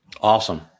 Awesome